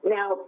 Now